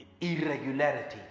irregularities